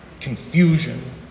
confusion